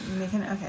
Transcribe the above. Okay